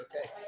okay